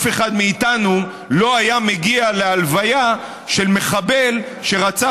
אף אחד מאיתנו לא היה מגיע להלוויה של מחבל שרצח